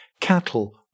cattle